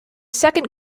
second